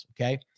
okay